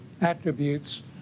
attributes